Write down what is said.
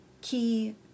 key